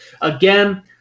again